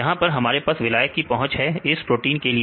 यहां पर हमारे पास विलायक की पहुंच है इस प्रोटीन के लिए